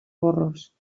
burros